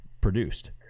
produced